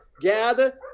gather